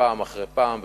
פעם אחר פעם,